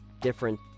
different